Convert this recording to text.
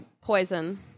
poison